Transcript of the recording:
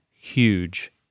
Huge